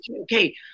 okay